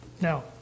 Now